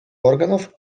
органов